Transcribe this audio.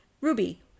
Ruby